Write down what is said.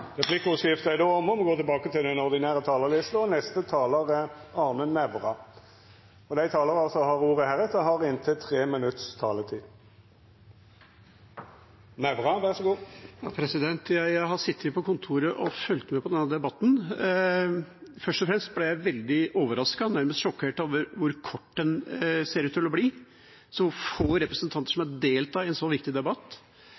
Replikkordskiftet er omme. Dei talarane som heretter får ordet, har ei taletid på inntil 3 minutt. Jeg har sittet på kontoret og fulgt med på debatten. Først og fremst ble jeg veldig overrasket, nærmest sjokkert, over hvor kort den ser ut til å bli, og hvor få representanter som